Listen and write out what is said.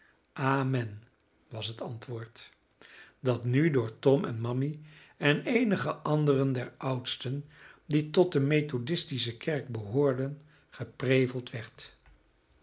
amen was het antwoord dat nu door tom en mammy en eenige anderen der oudsten die tot de methodistische kerk behoorden gepreveld werd